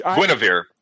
Guinevere